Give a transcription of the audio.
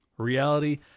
Reality